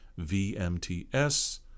VMTS